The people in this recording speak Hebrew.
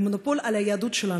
למונופול על היהדות שלנו,